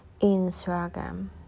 Instagram